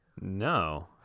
No